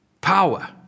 power